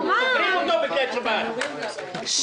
סוגרים אותו בכניסת שבת.